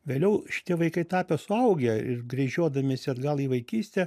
vėliau šitie vaikai tapę suaugę ir gręžiodamiesi atgal į vaikystę